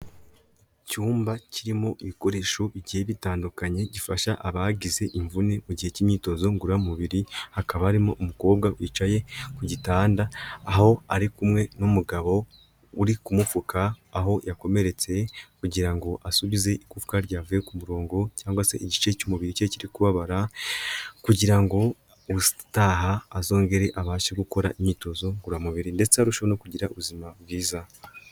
Icyumba kirimo ibikoresho bigiye bitandukanye gifasha abagize imvune mu gihe cy'imyitozo ngororamubiri, hakaba arimo umukobwa wicaye ku gitanda aho ari kumwe n'umugabo uri kumupfuka aho yakomeretse. Kugira ngo asubize igufwa ryavuye ku murongo cyangwa se igice cy'umubiri cye kiri kubabara kugira ngo ubutaha azongere abashe gukora imyitozo ngororamubiri ndetse arusheho no kugira ubuzima bwiza.